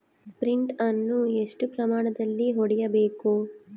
Sprint ಅನ್ನು ಎಷ್ಟು ಪ್ರಮಾಣದಲ್ಲಿ ಹೊಡೆಯಬೇಕು?